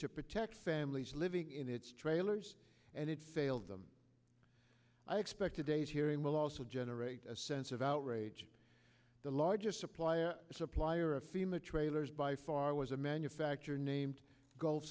to protect families living in its trailers and it failed them i expected a hearing will also generate a sense of outrage the largest supplier supplier of fema trailers by far was a manufacturer named